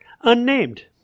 unnamed